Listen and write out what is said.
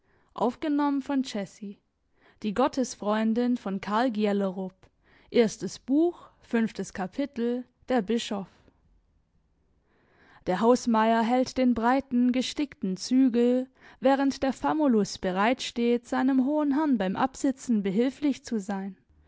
fünftes kapitel der hausmeier hält den breiten gestickten zügel während der famulus bereit steht seinem hohen herrn beim absitzen behilflich zu sein